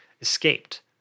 escaped